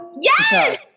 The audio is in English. Yes